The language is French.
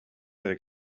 avec